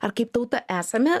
ar kaip tauta esame